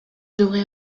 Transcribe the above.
devrais